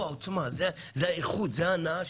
העוצמה, זאת האיכות, זאת ההנאה.